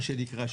מה שנקרא,